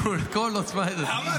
למה אתה --- כל עוצמה יהודית.